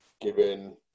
given